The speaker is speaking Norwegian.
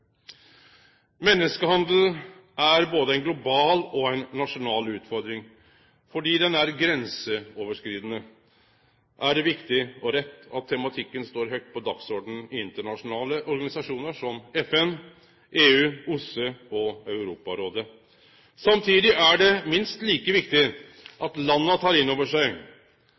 Menneskehandel er både ei global og ei nasjonal utfordring. Fordi han er grenseoverskridande, er det viktig og rett at tematikken står høgt på dagsordenen i internasjonale organisasjonar som FN, EU, OSSE og Europarådet. Samtidig er det minst like viktig at landa tek inn over seg